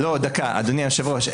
אדוני היושב-ראש,